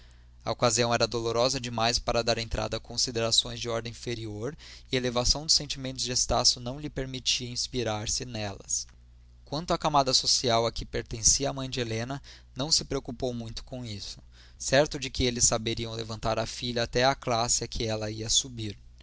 a ocasião era dolorosa demais para dar entrada a considerações de ordem inferior e a elevação dos sentimentos de estácio não lhe permitia inspirar se delas quanto à camada social a que pertencia a mãe de helena não se preocupou muito com isso certo de que eles saberiam levantar a filha até à classe a que ela ia subir